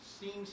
seems